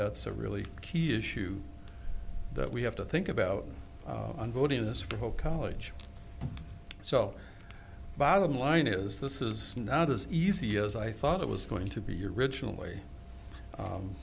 that's a really key issue that we have to think about voting this for whole college so bottom line is this is not as easy as i thought it was going to be your originally